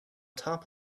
top